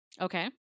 Okay